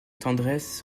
tendresse